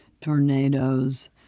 tornadoes